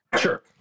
Sure